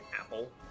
apple